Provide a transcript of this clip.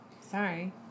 Sorry